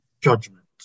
Judgment